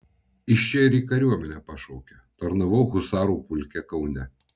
iš čia ir į kariuomenę pašaukė tarnavau husarų pulke kaune